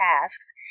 tasks